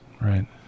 right